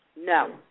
No